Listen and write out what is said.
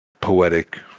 poetic